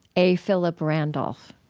a. philip randolph